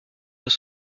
deux